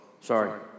Sorry